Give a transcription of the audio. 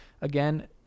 Again